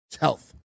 health